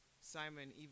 Simon